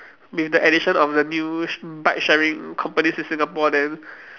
with the addition of the new bike sharing companies in Singapore then